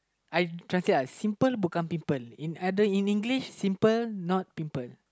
I translate uh simple pimple in other in English simple not pimple